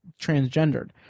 transgendered